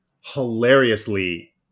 hilariously